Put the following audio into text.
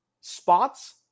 spots